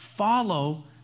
follow